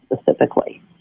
specifically